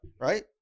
right